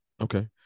Okay